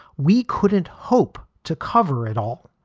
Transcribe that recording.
we couldn't hope to cover at all.